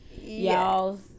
y'all